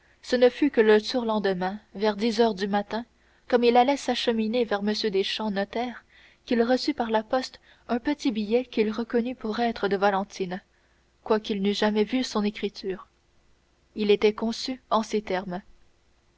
ce ne fut que le surlendemain vers dix heures du matin comme il allait s'acheminer vers m deschamps notaire qu'il reçut par la poste un petit billet qu'il reconnut pour être de valentine quoiqu'il n'eût jamais vu son écriture il était conçu en ces termes